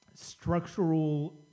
structural